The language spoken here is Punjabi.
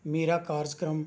ਮੇਰਾ ਕਾਰਜਕ੍ਰਮ